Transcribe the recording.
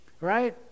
right